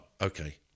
okay